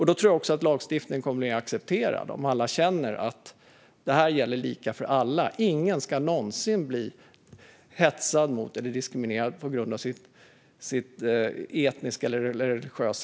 Då tror jag att lagstiftningen kommer att bli mer accepterad, om alla känner att den gäller lika för alla och att ingen någonsin ska bli hetsad mot eller diskriminerad på grund av sin etniska eller religiösa bakgrund.